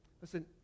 Listen